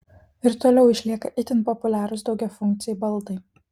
ir toliau išlieka itin populiarūs daugiafunkciai baldai